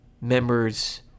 members